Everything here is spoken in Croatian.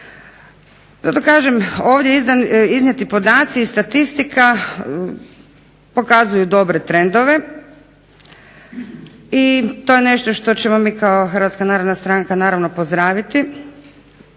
Zato kažem ovdje iznijeti podaci i statistika pokazuju dobre trendove i to je nešto što ćemo mi kao Hrvatska narodna stranka naravno pozdraviti.